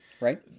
Right